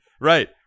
right